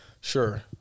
sure